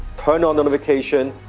turn on notification,